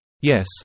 Yes